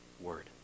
word